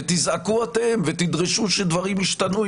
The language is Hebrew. תזעקו אתם ותדרשו שדברים ישתנו,